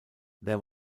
there